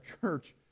church